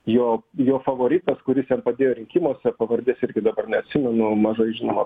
jo jo favoritas kuris jam padėjo rinkimuose pavardės irgi dabar neatsimenu mažai žinoma